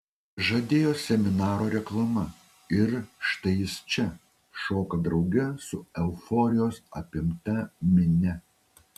žadėjo seminaro reklama ir štai jis čia šoka drauge su euforijos apimta minia